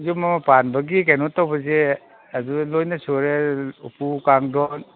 ꯌꯨꯝ ꯑꯃ ꯄꯥꯟꯕꯒꯤ ꯀꯩꯅꯣ ꯇꯧꯕꯁꯦ ꯑꯗꯨꯗ ꯂꯣꯏꯅ ꯁꯨꯔꯦ ꯎꯄꯨ ꯀꯥꯡꯗꯣꯟ